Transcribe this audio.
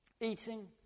Eating